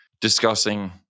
discussing